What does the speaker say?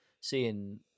seeing